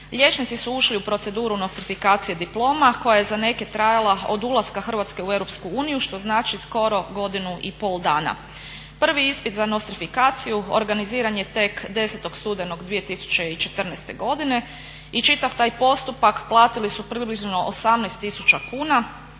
Liječnici su ušli u proceduru nostrifikacije diploma koja je za neke trajala od ulaska Hrvatske u EU što znači skoro godinu i pol dana. Prvi ispit za nostrifikaciju organiziran je tek 10. studenog 2014. godine i čitav taj postupak platili su približno 18000 kuna,